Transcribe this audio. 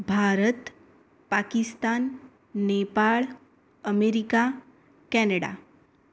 Bharat Pakistan Nepal America Canada